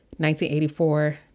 1984